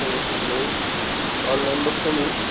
स्वदेशी घेऊ ऑनलाईन बघतो मी